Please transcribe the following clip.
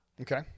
Okay